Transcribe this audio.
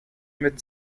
mit